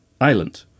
island